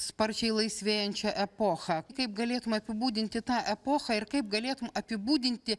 sparčiai laisvėjančią epochą kaip galėtum apibūdinti tą epochą ir kaip galėtum apibūdinti